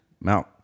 mount